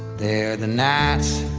there the nights